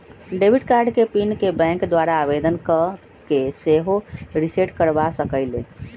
debit card के PIN के bank द्वारा आवेदन कऽ के सेहो रिसेट करबा सकइले